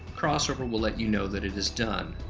crossover will let you know that it is done.